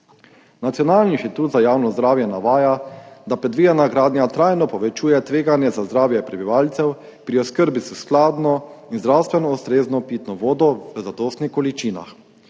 Nacionalni inštitut za javno zdravje navaja, da predvidena gradnja trajno povečuje tveganje za zdravje prebivalcev pri oskrbi s skladno in zdravstveno ustrezno pitno vodo v zadostnih količinah.